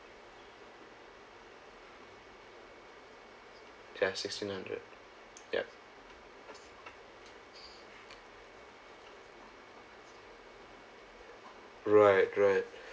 ya sixteen hundred ya right right